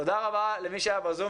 תודה רבה למי שהיה בזום,